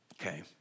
okay